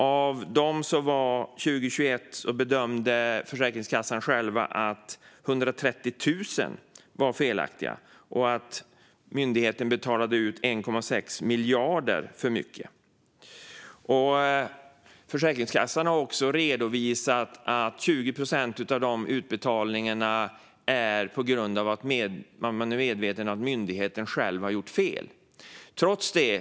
Av dem som genomfördes 2021 bedömde Försäkringskassan själv att 130 000 var felaktiga och att myndigheten betalade ut 1,6 miljarder kronor för mycket. Försäkringskassan har också redovisat att 20 procent av dessa felaktiga utbetalningar beror på att myndigheten själv har gjort fel och att man är medveten om det.